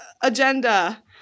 agenda